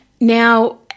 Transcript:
now